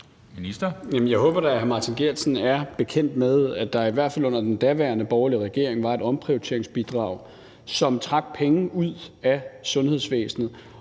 Jeg håber da, at hr. Martin Geertsen er bekendt med, at der i hvert fald under den daværende borgerlige regering var et omprioriteringsbidrag, som trak penge ud af sundhedsvæsenet,